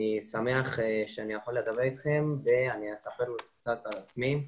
אני שמח שאני יכול לדבר אתכם ונאי אספר קצת על עצמי.